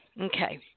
Okay